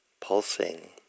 pulsing